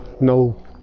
no